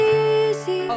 easy